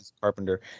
carpenter